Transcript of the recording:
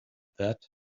that